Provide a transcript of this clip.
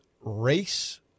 race